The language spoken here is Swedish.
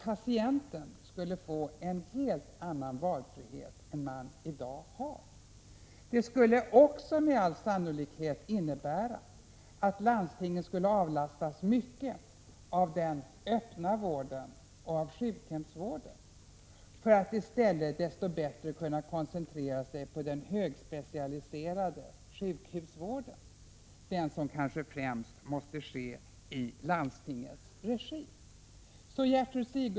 Patienten skulle få en helt annan valfrihet än man i dag har. Det skulle också med all sannolikhet innebära att landstingen skulle avlastas mycket av den öppna vården och av sjukhemsvården för att i stället desto bättre kunna koncentrera sig på den högspecialiserade sjukhusvården, som kanske främst måste ske i landstingets regi.